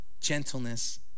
gentleness